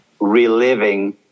reliving